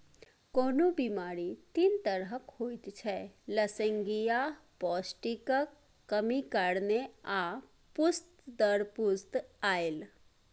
कोनो बेमारी तीन तरहक होइत छै लसेंगियाह, पौष्टिकक कमी कारणेँ आ पुस्त दर पुस्त आएल